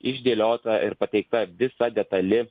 išdėliota ir pateikta visa detali